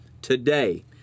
today